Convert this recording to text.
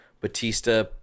Batista